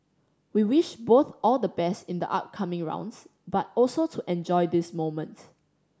we wish both all the best in the upcoming rounds but also to enjoy this moment